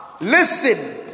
Listen